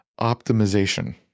optimization